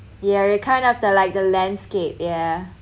yeah you are a kind of the like the landscape yeah